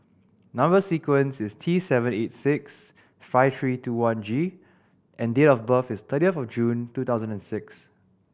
number sequence is T seven eight six five three two one G and date of birth is thirtieth June two thousand and six